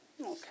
Okay